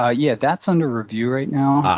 ah yeah, that's under review right now.